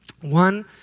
one